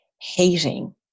hating